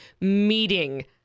meeting